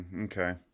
Okay